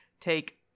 take